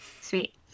Sweet